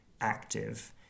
active